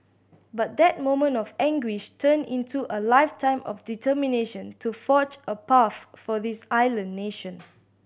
but that moment of anguish turned into a lifetime of determination to forge a path for this island nation